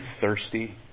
thirsty